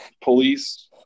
police